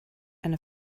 eine